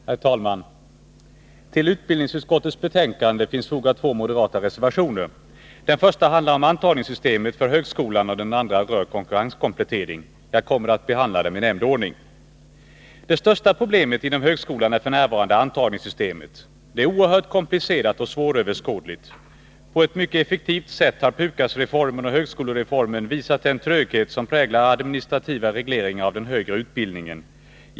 Herr talman! Till utbildningsutskottets betänkande är fogade två moderata reservationer. Den första handlar om antagningssystemet för högskolan, och den andra rör konkurrenskomplettering. Jag kommer att behandla dem i Det största problemet inom högskolan är f. n. antagningssystemet. Det är oerhört komplicerat och svåröverskådligt. På ett mycket effektivt sätt har PUKAS-reformen och högskolereformen visat den tröghet som präglar administrativa regleringar av den högre utbildningen.